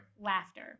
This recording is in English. Laughter